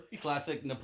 Classic